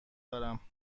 دارم